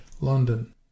london